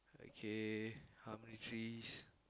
okay how many trees